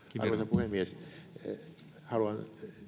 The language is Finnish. puhemies haluan